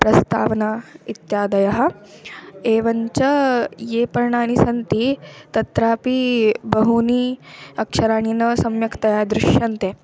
प्रस्तावना इत्यादयः एवञ्च ये पर्णानि सन्ति तत्रापि बहूनि अक्षराणि न सम्यक्तया दृश्यन्ते